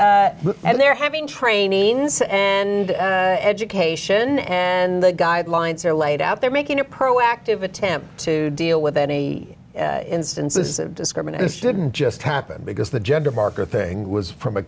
their having trains and education and the guidelines are laid out there making a proactive attempt to deal with any instances of discrimination is didn't just happen because the gender marker thing was from a